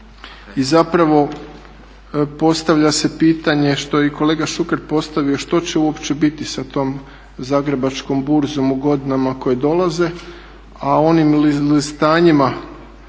i zapravo postavlja se pitanje, što je i kolega Šuker postavio, što će uopće biti sa tom Zagrebačkom burzom u godinama koje dolaze? A onim izlistanjima